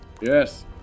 Yes